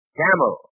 camel